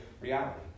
reality